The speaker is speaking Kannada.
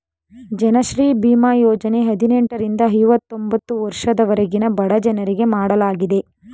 ಜನಶ್ರೀ ಬೀಮಾ ಯೋಜನೆ ಹದಿನೆಂಟರಿಂದ ಐವತೊಂಬತ್ತು ವರ್ಷದವರೆಗಿನ ಬಡಜನರಿಗೆ ಮಾಡಲಾಗಿದೆ